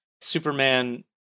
Superman